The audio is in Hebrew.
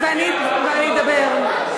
ואני אדבר.